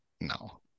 no